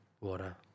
Water